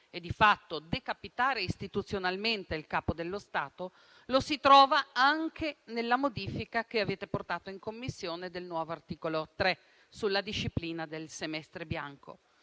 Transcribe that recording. e, di fatto, decapitare istituzionalmente il Capo dello Stato lo si trova anche nella modifica, che avete apportato in Commissione, del nuovo articolo 3, sulla disciplina del semestre bianco.